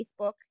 Facebook